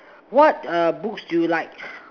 what err books do you like